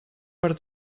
per